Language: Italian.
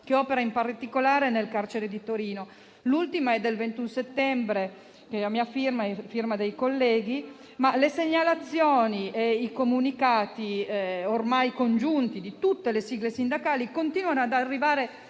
che opera nel carcere di Torino. L'ultima è del 21 settembre, a firma mia e di altri colleghi, ma le segnalazioni e i comunicati ormai congiunti di tutte le sigle sindacali continuano ad arrivare